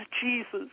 jesus